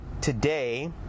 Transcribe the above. Today